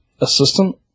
assistant